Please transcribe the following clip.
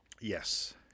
Yes